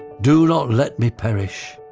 do not let me perish.